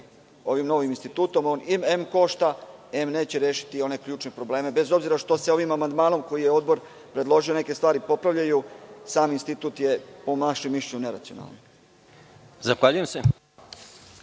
ovim novim institutom. On em košta em neće rešiti ključne probleme, bez obzira što se ovim amandmanom koji je odbor predložio neke stvari popravljaju, sam institut je po našem mišljenju neracionalan. **Žarko